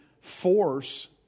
force